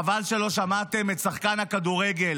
חבל שלא שמעתם את שחקן הכדורגל